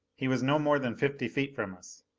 he was no more than fifty feet from us.